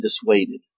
dissuaded